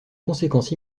conséquence